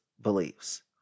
beliefs